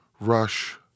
Rush